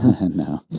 No